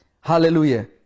Hallelujah